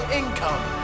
income